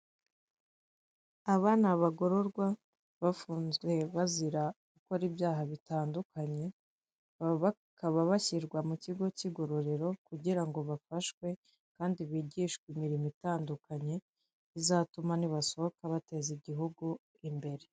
Aba ni abagororwa, bafunzwe bazira gukora ibyaha bitandukanye; bakaba bashyirwa mu kigo cy'igororero kugira ngo bafashwe, kandi bigishwe imirimo itandukanye, izatuma nibasohoka bateza igihugu imbere.